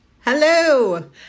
Hello